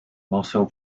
marcel